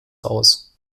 aus